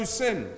sin